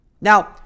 Now